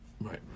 right